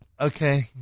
Okay